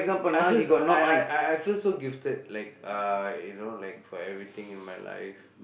I feel I I I I feel so gifted like uh you know like for everything in my life